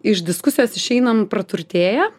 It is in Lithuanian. iš diskusijos išeinam praturtėję